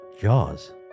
Jaws